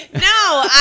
No